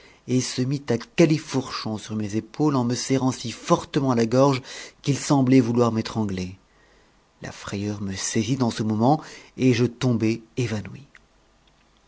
et se mit à califourchon sur mes épaules en me serrant si fortement la ko qu'il semblait vouloir m'étrangler la frayeur me saisit en ce momem et je tombai évanoui